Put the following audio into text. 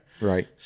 right